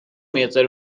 meter